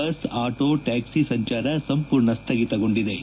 bus auto taxi ಸಂಚಾರ ಸಂಪೂರ್ಣ ಸ್ವಗಿತಗೊಂಡಿವೆ